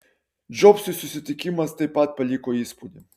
džobsui susitikimas taip pat paliko įspūdį